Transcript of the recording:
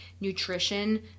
nutrition